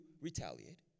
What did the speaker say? retaliate